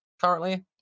currently